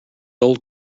old